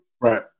Right